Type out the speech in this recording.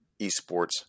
esports